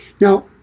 Now